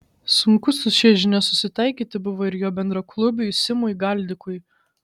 sunku su šia žinia susitaikyti buvo ir jo bendraklubiui simui galdikui